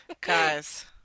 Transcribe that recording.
guys